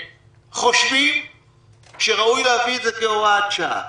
חושבים שראוי להביא את זה כהוראת שעה.